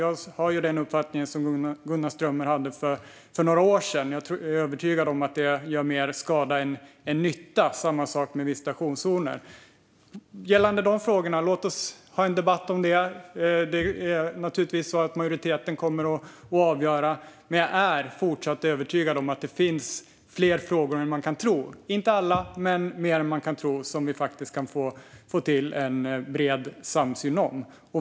Jag har den uppfattning som Gunnar Strömmer hade för några år sedan. Jag är övertygad om att det gör mer skada än nytta - samma sak med visitationszoner. Låt oss ha en debatt om de frågorna! Det är naturligtvis majoriteten som kommer att avgöra, men jag är fortsatt övertygad om att det finns fler frågor än man kan tro - om än inte alla - som vi faktiskt kan få till en bred samsyn om.